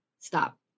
Stop